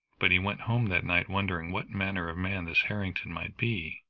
but he went home that night wondering what manner of man this harrington might be,